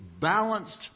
balanced